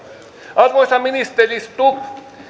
arvoisa ministeri stubb